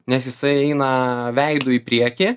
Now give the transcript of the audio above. nes jisai eina veidu į priekį